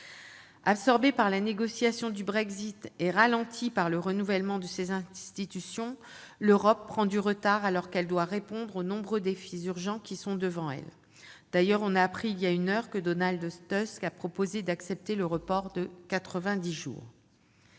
Absorbée par la négociation du Brexit et ralentie par le renouvellement de ses institutions, l'Europe prend du retard, alors qu'elle doit répondre aux nombreux défis urgents qui sont devant elle. Nous avons d'ailleurs appris, voilà une heure, que Donald Tusk avait proposé d'accepter le report de